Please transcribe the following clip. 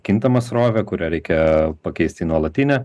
kintamą srovę kurią reikia pakeist į nuolatinę